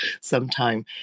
sometime